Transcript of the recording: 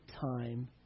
time